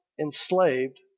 enslaved